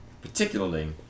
particularly